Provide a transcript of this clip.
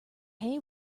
hay